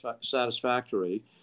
satisfactory